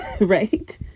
right